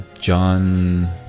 John